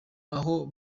aho